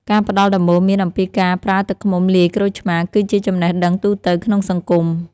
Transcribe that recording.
ការផ្តល់ដំបូន្មានអំពីការប្រើទឹកឃ្មុំលាយក្រូចឆ្មារ គឺជាចំណេះដឹងទូទៅក្នុងសង្គម។